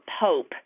pope